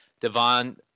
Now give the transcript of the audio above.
Devon